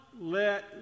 let